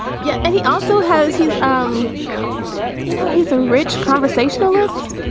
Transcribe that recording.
yeah and he also has he's um you know, he's a rich conversationalist.